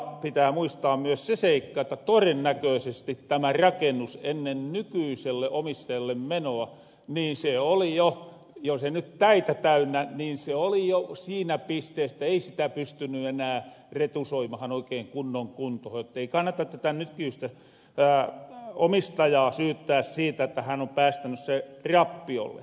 pitää muistaa myös se seikka että torennäköösesti tämä rakennus ennen nykyiselle omistajalle menoa oli jo jos ei nyt täitä täynnä niin se oli jo siinä pistees että ei sitä pystyny enää retusoimahan oikein kunnon kuntohon ettei kannata tätä nykyistä omistajaa syyttää siitä että hän on päästäny sen rappiolle